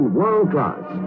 world-class